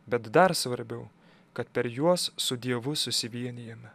bet dar svarbiau kad per juos su dievu susivienijame